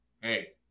hey